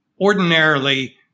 ordinarily